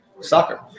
Soccer